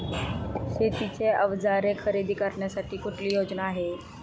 शेतीची अवजारे खरेदी करण्यासाठी कुठली योजना आहे?